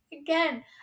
again